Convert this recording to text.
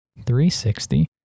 360